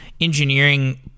engineering